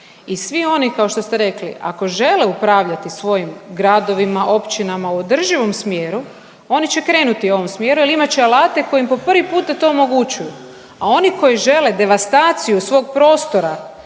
I svi oni kao što ste rekli, ako žele upravljati svojim gradovima, općinama u održivom smjeru oni će krenuti u ovom smjeru jer imat će alate kojim po prvi puta to mogu učiniti, a oni koji žele devastaciju svog prostora,